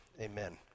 Amen